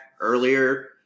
earlier